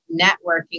networking